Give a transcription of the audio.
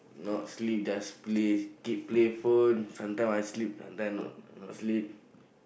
not sleep just play keep play phone sometimes I sleep sometimes I not sleep